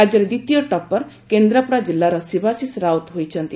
ରାକ୍ୟର ଦ୍ୱିତୀୟ ଟପ୍ କେନ୍ଦ୍ରାପଡା କିଲ୍ଲାର ଶିବାଶିଷ ରାଉତ ହୋଇଛନ୍ତି